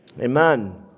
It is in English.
amen